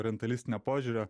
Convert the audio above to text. orientalistinio požiūrio